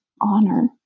honor